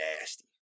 nasty